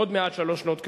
עוד מעט שלוש שנות כהונתה.